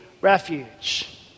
refuge